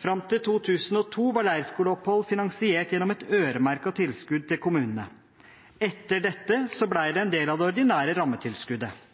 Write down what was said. Fram til 2002 var leirskoleopphold finansiert gjennom et øremerket tilskudd til kommunene. Etter dette ble det en del av det ordinære rammetilskuddet.